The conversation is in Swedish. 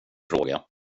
fråga